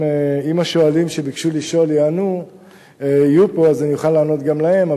אם השואלים שביקשו לשאול יהיו פה אני אוכל לענות גם להם.